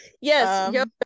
Yes